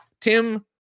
Tim